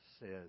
says